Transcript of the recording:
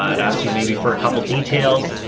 ah it asks you maybe for a couple of details.